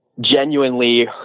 genuinely